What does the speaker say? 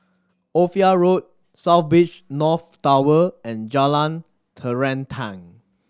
Ophir Road South Beach North Tower and Jalan Terentang